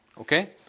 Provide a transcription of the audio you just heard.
Okay